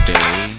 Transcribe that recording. Day